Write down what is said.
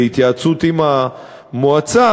בהתייעצות עם המועצה,